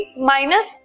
minus